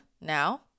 now